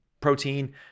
protein